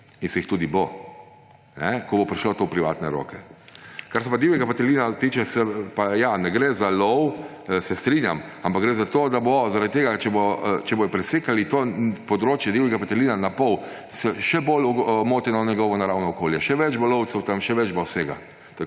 In se jih tudi bo, ko bo prišlo to v privatne roke. Kar se pa divjega petelina tiče, ja, ne gre za lov, se strinjam, ampak gre za to, če bodo presekali to področje divjega petelina na pol, bo še bolj moteno njegovo naravno okolje, še več bo lovcev tam, še več bo vsega.